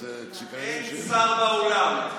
אין שר באולם.